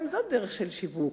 גם זו דרך של שיווק.